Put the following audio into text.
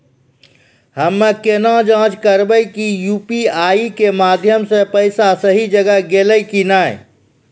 हम्मय केना जाँच करबै की यु.पी.आई के माध्यम से पैसा सही जगह गेलै की नैय?